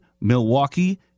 Milwaukee